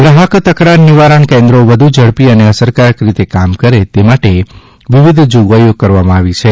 ગ્રાહક તકરાર નિવારણ કેન્દ્રો વધુ ઝડપી અને અસરકારક રીતે કામ કરે તે માટે વિવિધ જોગવાઇઓ કરવામાં આવી છે